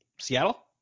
Seattle